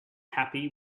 happy